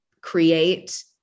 create